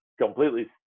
completely